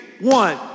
one